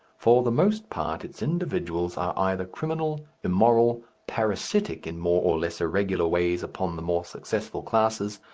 for the most part its individuals are either criminal, immoral, parasitic in more or less irregular ways upon the more successful classes,